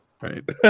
right